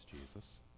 Jesus